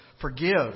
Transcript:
forgive